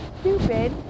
stupid